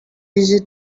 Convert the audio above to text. easy